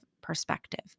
perspective